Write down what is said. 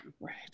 Right